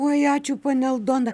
oi ačiū ponia aldona